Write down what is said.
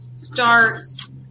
starts